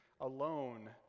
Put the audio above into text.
alone